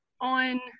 on